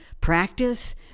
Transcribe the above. practice